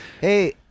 Hey